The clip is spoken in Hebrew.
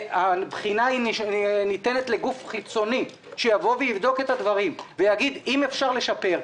והבחינה ניתנת לגוף חיצוני שיבדוק את הדברים ויגיד אם אפשר לשפר.